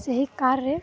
ସେହି କାର୍ରେ